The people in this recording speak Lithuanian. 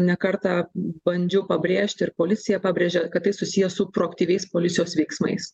ne kartą bandžiau pabrėžti ir policija pabrėžė kad tai susiję su proaktyviais policijos veiksmais